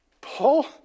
Paul